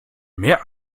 mehr